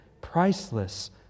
priceless